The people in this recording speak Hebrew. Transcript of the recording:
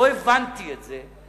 לא הבנתי את זה,